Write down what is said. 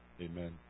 amen